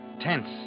Tense